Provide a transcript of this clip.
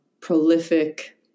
prolific